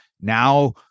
now